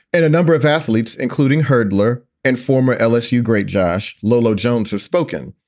and a number of athletes, including hurdler and former lsu great josh lolo jones, have spoken.